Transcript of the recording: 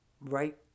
right